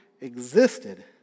existed